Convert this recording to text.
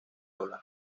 hablar